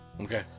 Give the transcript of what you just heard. Okay